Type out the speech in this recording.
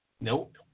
Nope